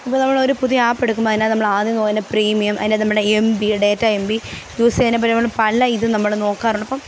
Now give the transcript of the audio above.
ഇപ്പോൾ നമ്മളൊരു പുതിയ ഒരു ആപ്പ് എടുക്കുമ്പോൾ അതിനകത്ത് നമ്മളാദ്യം പ്രീമിയം അതിനകത്ത് നമ്മുടെ M B data M B use ചെയ്യാനപ്പോൾ നമ്മൾ പല ഇതും നമ്മൾ നോക്കാറുണ്ട് അപ്പം